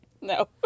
No